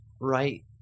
right